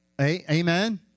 amen